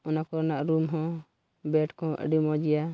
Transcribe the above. ᱚᱱᱟ ᱠᱚᱨᱮᱱᱟᱜ ᱨᱩᱢ ᱦᱚᱸ ᱵᱮᱰ ᱠᱚᱦᱚᱸ ᱟᱹᱰᱤ ᱢᱚᱡᱽ ᱜᱮᱭᱟ